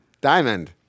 Diamond